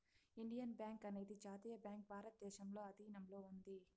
Indian bank అనేది జాతీయ bank భారతదేశంలో ఆధీనంలో ఉంది